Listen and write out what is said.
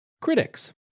Critics